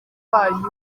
kanyu